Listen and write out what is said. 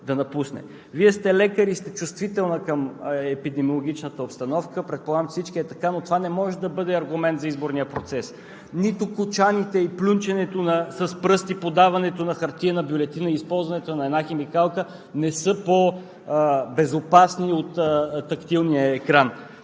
Вие сте лекар и сте чувствителна към епидемиологичната обстановка. Предполагам, с всички е така, но това не може да бъде аргумент за изборния процес. Нито кочаните и плюнченето с пръсти, подаването на хартиена бюлетина, използването на една химикалка не са по-безопасни от тактилния екран.